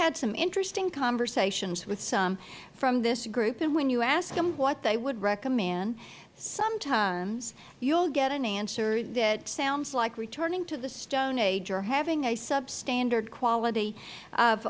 had some interesting conversations with some from this group and when you ask them what they would recommend sometimes you will get an answer that sounds like returning to the stone age or having a substandard quality of